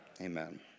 Amen